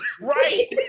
Right